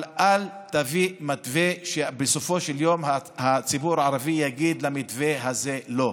אבל אל תביא מתווה שבסופו של יום הציבור הערבי יגיד למתווה הזה לא.